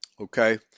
Okay